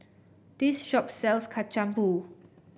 this shop sells Kacang Pool